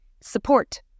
Support